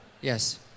Yes